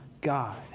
God